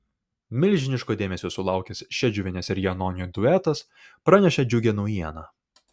milžiniško dėmesio sulaukęs šedžiuvienės ir janonio duetas pranešė džiugią naujieną